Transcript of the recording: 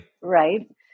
Right